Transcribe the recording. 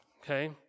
okay